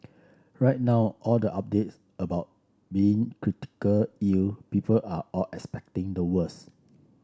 right now all the updates about being critically ill people are all expecting the worse